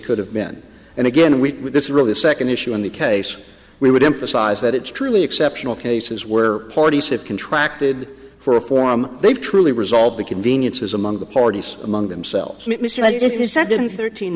could have been and again we this is really the second issue in the case we would emphasize that it's truly exceptional cases where parties have contract id for a form they've truly resolved the conveniences among the parties among themselves mr right if he said didn't thirteen